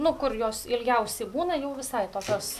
nu kur jos ilgiausi būna jau visai tokios